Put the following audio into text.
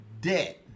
debt